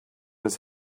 his